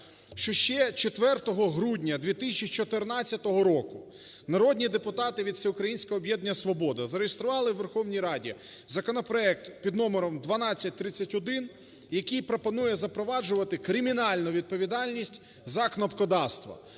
що ще 4 грудня 2014 року народні депутати від Всеукраїнського об'єднання "Свобода" зареєстрували у Верховній Раді законопроект під номером 1231, який пропонує запроваджувати кримінальну відповідальність за кнопкодавство